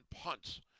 punts